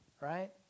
right